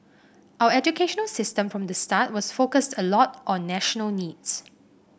our educational system from the start was focused a lot on national needs